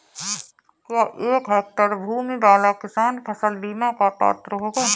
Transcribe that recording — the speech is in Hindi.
क्या एक हेक्टेयर भूमि वाला किसान फसल बीमा का पात्र होगा?